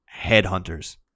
headhunters